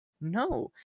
No